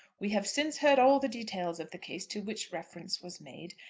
we have since heard all the details of the case to which reference was made,